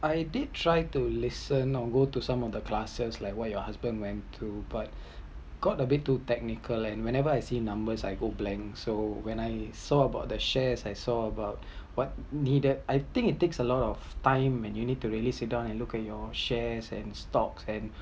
I did try to listen or go to some of the classes like what your husband went to but got a bit too technical whenever I see numbers I go blank so when I saw about the shares I saw about what needed I think it takes a lot of time when you need to really sit down and look at your shares and stock and